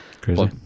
crazy